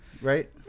right